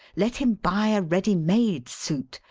let him buy a ready-made suit.